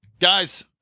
guys